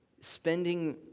spending